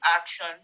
action